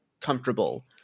comfortable